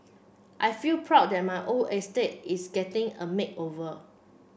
I feel proud that my old estate is getting a makeover